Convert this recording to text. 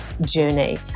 journey